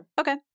Okay